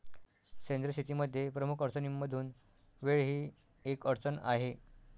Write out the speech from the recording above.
सेंद्रिय शेतीमध्ये प्रमुख अडचणींमधून वेळ ही एक अडचण आहे